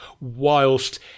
whilst